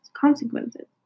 consequences